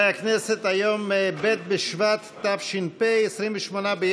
דברי הכנסת י / מושב ראשון / ישיבה כ"ו / ב' בשבט התש"ף / 28 בינואר